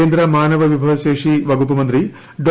കേന്ദ്ര മാനവവിഭവ ശേഷി വകുപ്പ് മന്ത്രി ഡോ